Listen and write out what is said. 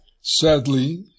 Sadly